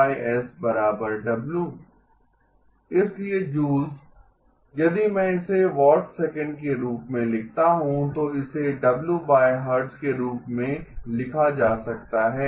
इसलिए जूल्स यदि मैं इसे वाट्स सेकण्ड्स के रूप में लिखता हूं तो इसे WHz के रूप में लिखा जा सकता है